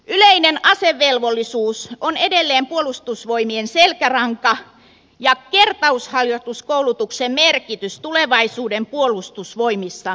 yleinen asevelvollisuus on edelleen puolustusvoimien selkäranka ja kertausharjoituskoulutuksen merkitys tulevaisuuden puolustusvoimissa vaikuttava